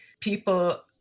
People